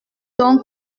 donc